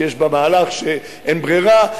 שיש בה מהלך של אין ברירה,